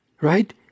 right